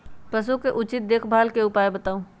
पशु के उचित देखभाल के उपाय बताऊ?